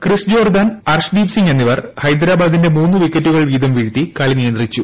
Chris Jordan Arshdeep Singh എന്നിവർ ഹൈദെരാബാദിന്റെ മൂന്നു വിക്കറ്റുകൾ വീതം വീഴ്ത്തി കളി നിയന്ത്രിച്ചു